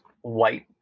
white